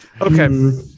okay